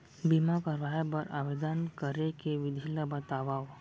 बीमा करवाय बर आवेदन करे के विधि ल बतावव?